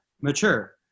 mature